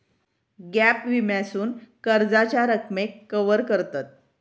gap विम्यासून कर्जाच्या रकमेक कवर करतत